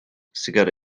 sigara